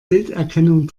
bilderkennung